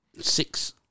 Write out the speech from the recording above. six